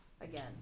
again